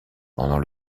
pendant